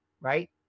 right